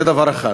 זה דבר אחד.